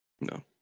No